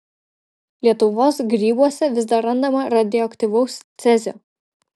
lietuvos grybuose vis dar randama radioaktyvaus cezio